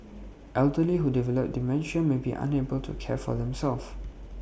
elderly who develop dementia may be unable to care for themselves